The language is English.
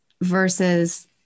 versus